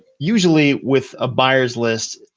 usually, with a buyers list,